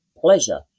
pleasure